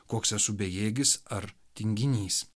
koks esu bejėgis ar tinginys